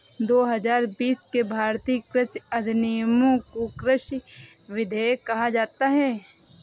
दो हजार बीस के भारतीय कृषि अधिनियमों को कृषि विधेयक कहा जाता है